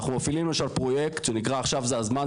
אנחנו מפעילים למשל פרויקט שנקרא 'עכשיו זה הזמן'.